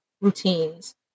routines